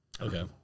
Okay